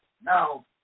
now